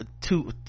two